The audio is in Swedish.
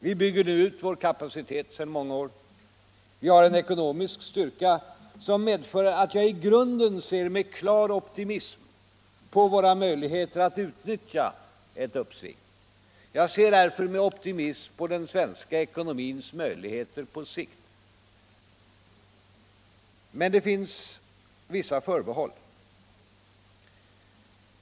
Vi bygger nu sedan många år ut vår kapacitet, vi har en ekonomisk styrka, som medför att jag i grunden ser med klar optimism på våra möjligheter att utnyttja ett sådant uppsving. Jag ser därför med optimism på den svenska ekonomins möjligheter på sikt. Men det finns vissa förbehåll.